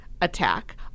attack